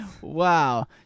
Wow